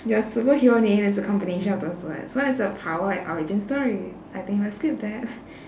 your superhero name has the combination of those words what's your power and origin story I think let's skip that